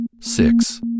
six